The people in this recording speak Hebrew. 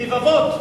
ברבבות,